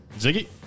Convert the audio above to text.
Ziggy